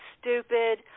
stupid